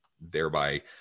thereby